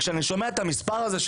כשאני שומע את המספר הזה,